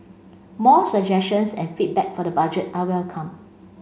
more suggestions and feedback for the Budget are welcome